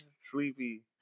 sleepy